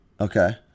Okay